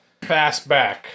Fastback